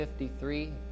53